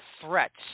threats